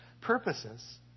purposes